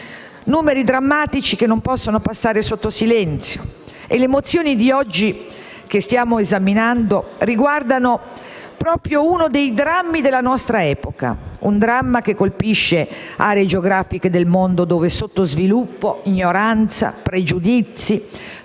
numeri drammatici, che non possono passare sotto silenzio. Le mozioni oggi in esame riguardano proprio uno dei drammi della nostra epoca, un dramma che colpisce sicuramente aree geografiche del mondo dove sottosviluppo, ignoranza, pregiudizi